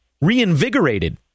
reinvigorated